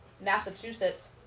Massachusetts